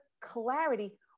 clarity